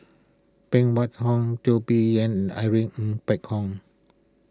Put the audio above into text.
Phan Wait Hong Teo Bee Yen Irene Ng Phek Hoong